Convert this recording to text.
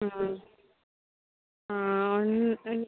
ആ ആ ഒൻ ഒൻ